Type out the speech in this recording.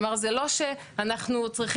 כלומר זה לא שאנחנו צריכים,